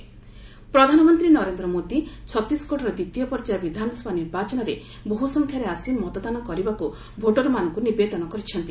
PM vote appeal ପ୍ରଧାନମନ୍ତ୍ରୀ ନରେନ୍ଦ୍ର ମୋଦି ଛତିଶଗଡ଼ର ଦ୍ୱିତୀୟ ପର୍ଯ୍ୟାୟ ବିଧାନସଭା ନିର୍ବାଚନରେ ବହ୍ର ସଂଖ୍ୟାରେ ଆସି ମତଦାନ କରିବାକ୍ ଭୋଟର୍ମାନଙ୍କ ନିବେଦନ କରିଛନ୍ତି